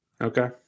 Okay